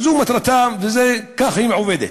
זו מטרתם וכך היא עובדת.